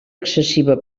excessiva